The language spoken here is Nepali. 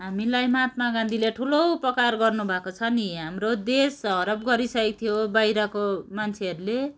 हामीलाई महात्मा गान्धीले ठुलो उपकार गर्नु भएको छ नि हाम्रो देश हडप गरिसकेको थियो बाहिरको मान्छेहरूले